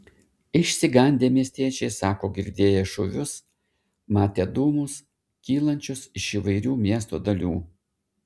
išsigandę miestiečiai sako girdėję šūvius matę dūmus kylančius iš įvairių miesto dalių